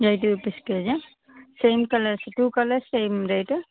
native fistula same colours two colours same రేటా